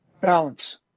balance